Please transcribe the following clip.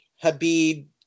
Habib